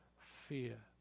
fear